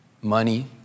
money